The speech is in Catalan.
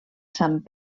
sant